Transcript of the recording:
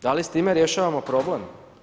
Da li s time rješavamo problem?